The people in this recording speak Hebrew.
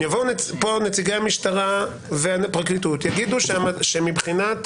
יבואו נציגי המשטרה והפרקליטות, יגידו שמבחינת